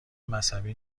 مذهبی